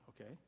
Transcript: okay